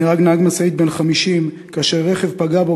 נהרג נהג משאית בן 50 כאשר רכב פגע בו